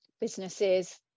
businesses